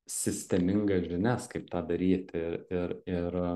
sistemingas žinias kaip tą daryti ir ir